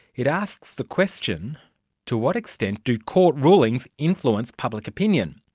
it asks the question to what extent do court rulings influence public opinion?